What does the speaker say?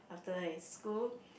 after his school